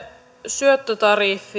syöttötariffi